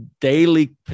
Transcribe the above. daily